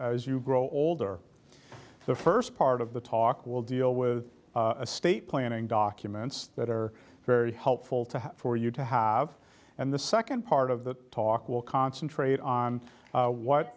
as you grow older the first part of the talk will deal with a state planning documents that are very helpful to for you to have and the second part of the talk will concentrate on what what